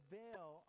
veil